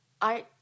I-